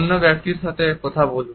অন্য ব্যক্তির সাথে কথা বলুন